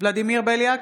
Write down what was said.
ולדימיר בליאק,